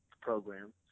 program